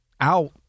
out